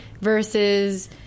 versus